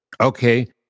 Okay